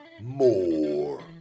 more